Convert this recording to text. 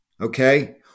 okay